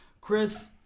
Chris